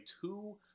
two